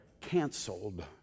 canceled